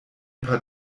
paar